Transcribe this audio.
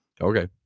okay